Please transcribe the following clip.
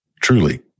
Truly